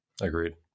Agreed